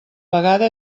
vegada